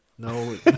no